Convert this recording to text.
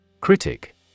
Critic